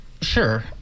Sure